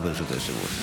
רק ברשות היושב-ראש.